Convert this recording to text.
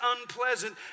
unpleasant